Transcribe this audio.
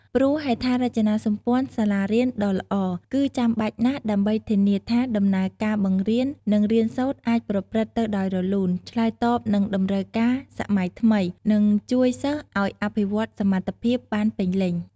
ព្រោះហេដ្ឋារចនាសម្ព័ន្ធសាលារៀនដ៏ល្អ គឺចាំបាច់ណាស់ដើម្បីធានាថាដំណើរការបង្រៀន និងរៀនសូត្រអាចប្រព្រឹត្តទៅដោយរលូន ឆ្លើយតបនឹងតម្រូវការសម័យថ្មី និងជួយសិស្សឲ្យអភិវឌ្ឍសមត្ថភាពបានពេញលេញ។